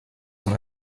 son